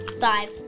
five